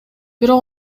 бирок